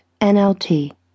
NLT